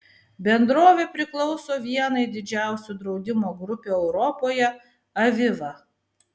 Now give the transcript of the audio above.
bendrovė priklauso vienai didžiausių draudimo grupių europoje aviva